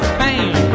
pain